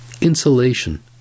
Insulation